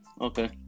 Okay